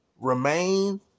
remain